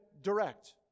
direct